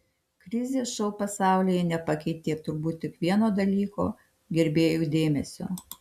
krizė šou pasaulyje nepakeitė turbūt tik vieno dalyko gerbėjų dėmesio